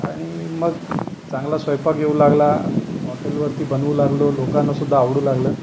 आणि मग चांगला स्वयंपाक येऊ लागला हॉटेलवरती बनवू लागलो लोकांनासुद्धा आवडू लागलं